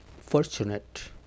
fortunate